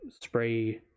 spray